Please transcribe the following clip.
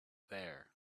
there